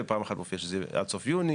ופעם אחת מופיע שזה יהיה עד סוף יוני,